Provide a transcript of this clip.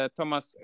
Thomas